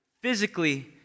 physically